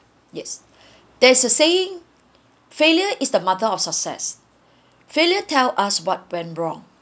yes there is a saying failure is the mother of success failure tell us what went wrong